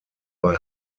bei